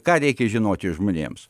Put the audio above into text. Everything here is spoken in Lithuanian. ką reikia žinoti žmonėms